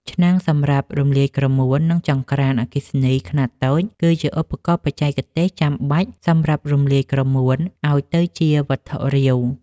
ឆ្នាំងសម្រាប់រំលាយក្រមួន និងចង្ក្រានអគ្គិសនីខ្នាតតូច គឺជាឧបករណ៍បច្ចេកទេសចាំបាច់សម្រាប់រំលាយក្រមួនឱ្យទៅជាវត្ថុរាវ។